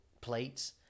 plates